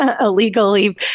illegally